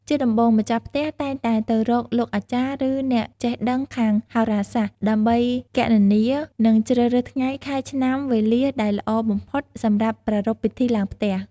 ជាដំបូង ម្ចាស់ផ្ទះតែងតែទៅរកលោកអាចារ្យ ឬអ្នកចេះដឹងខាងហោរាសាស្ត្រ ដើម្បីគណនា និងជ្រើសរើសថ្ងៃ ខែ ឆ្នាំ វេលា ដែលល្អបំផុតសម្រាប់ប្រារព្ធពិធីឡើងផ្ទះ។